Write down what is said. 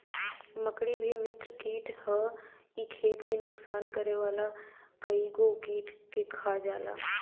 मकड़ी भी मित्र कीट हअ इ खेत के नुकसान करे वाला कइगो कीट के खा जाला